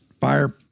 fire